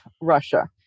russia